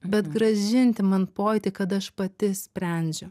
bet grąžinti man pojūtį kad aš pati sprendžiu